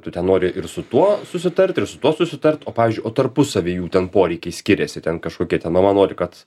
tu ten nori ir su tuo susitart ir su tuo susitart o pavyzdžiui o tarpusavyje jų ten poreikiai skiriasi ten kažkokia ten mama nori kad